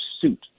suit